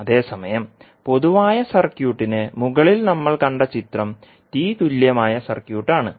അതേസമയം പൊതുവായ സർക്യൂട്ടിന് മുകളിൽ നമ്മൾ കണ്ട ചിത്രം T തുല്യമായ സർക്യൂട്ട് ആണ്